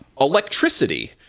electricity